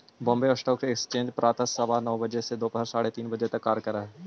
Bombay stock exchange प्रातः सवा नौ बजे से दोपहर साढ़े तीन तक कार्य करऽ हइ